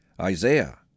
Isaiah